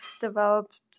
developed